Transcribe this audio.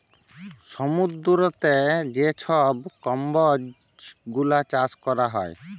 সমুদ্দুরেতে যে ছব কম্বজ গুলা চাষ ক্যরা হ্যয়